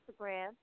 Instagram